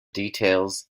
details